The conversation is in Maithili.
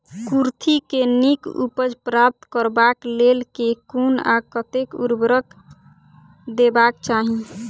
कुर्थी केँ नीक उपज प्राप्त करबाक लेल केँ कुन आ कतेक उर्वरक देबाक चाहि?